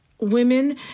women